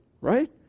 right